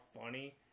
funny